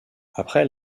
après